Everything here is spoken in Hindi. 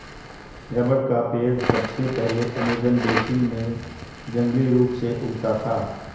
रबर का पेड़ सबसे पहले अमेज़न बेसिन में जंगली रूप से उगता था